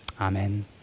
Amen